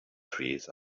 trees